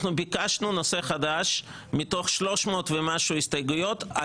אנחנו ביקשנו נושא חדש על שבעה נושאים מתוך 302 הסתייגויות.